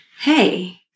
hey